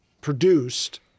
produced